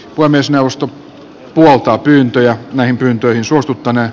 puhemiesneuvosto puoltaa pyyntöjä